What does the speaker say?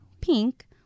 pink